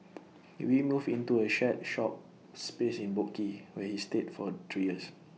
he moved into A shared shop space in boat quay where he stayed for three years